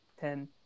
ten